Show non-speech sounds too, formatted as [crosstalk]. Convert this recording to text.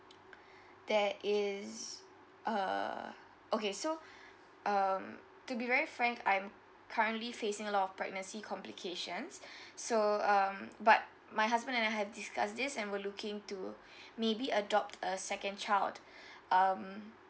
there is uh okay so um to be very frank I am currently facing a lot of pregnancy complications [breath] so um but my husband and I have discussed this and we're looking to [breath] maybe adopt a second child [breath] um